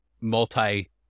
multi